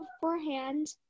beforehand